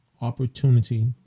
opportunity